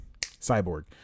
Cyborg